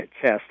chest